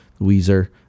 Weezer